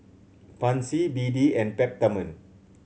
Pansy B D and Peptamen